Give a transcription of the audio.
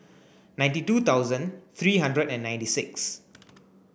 ninety two thousand three hundred and ninety six